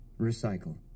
Recycle